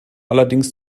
allerdings